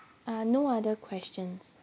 uh no other questions